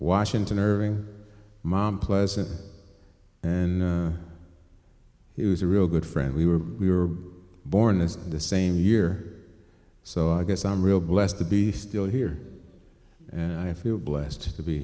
washington irving mom pleasant and he was a real good friend we were we were born as the same year so i guess i'm real blessed to be still here and i feel blessed to be